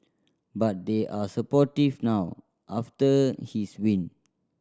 but they are supportive now after his win